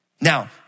Now